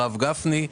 הרב גפני,